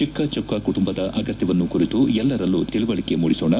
ಚಿಕ್ಕ ಚೊಕ್ಕ ಕುಟುಂಬದ ಅಗತ್ಯವನ್ನು ಕುರಿತು ಎಲ್ಲರಲ್ಲೂ ತಿಳುವಳಿಕೆ ಮೂಡಿಸೋಣ